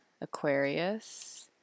Aquarius